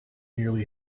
nearly